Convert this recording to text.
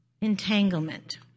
entanglement